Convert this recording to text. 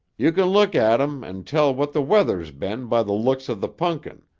you can look at em and tell what the weather's been by the looks of the punkin,